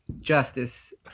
justice